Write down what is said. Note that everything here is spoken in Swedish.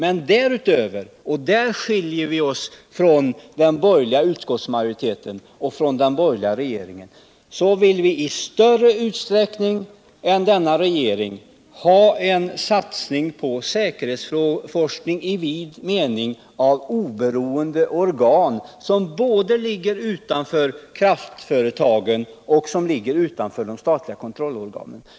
Men därutöver, och där har vi en annan uppfattning än den borgerliga majoriteten och den borgerliga regeringen, vill vi i större utsträckning än denna regering satsa på säkerhetsforskning i vid mening genom oberoende organ, som ligger utanför både kraftföretagen och de statliga kontrollorganen.